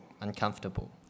uncomfortable